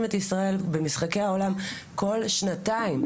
את ישראל במשחקי אליפות העולם בכל שנתיים,